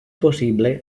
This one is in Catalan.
possible